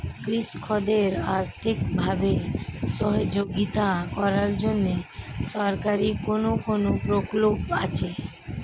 কৃষকদের আর্থিকভাবে সহযোগিতা করার জন্য সরকারি কোন কোন প্রকল্প আছে?